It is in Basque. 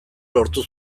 lortu